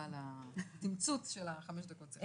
תודה רבה על התמצות של החמש דקות.